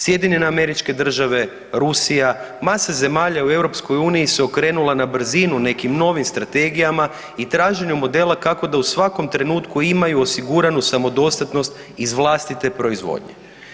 Sjedinjene Američke Države, Rusija, mase zemalja u EU se okrenula na brzinu nekim novim strategijama i traženju modela kako da u svakom trenutku imaju osiguranu samodostatnost iz vlastite proizvodnje.